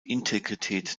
integrität